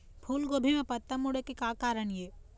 फूलगोभी म पत्ता मुड़े के का कारण ये?